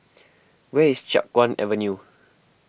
where is Chiap Guan Avenue